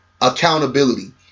accountability